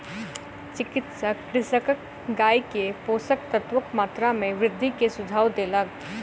चिकित्सक कृषकक गाय के पोषक तत्वक मात्रा में वृद्धि के सुझाव देलक